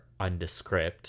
undescript